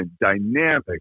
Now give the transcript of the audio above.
dynamic